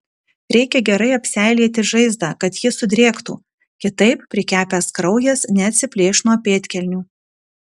reikia gerai apseilėti žaizdą kad ji sudrėktų kitaip prikepęs kraujas neatsiplėš nuo pėdkelnių